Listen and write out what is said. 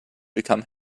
become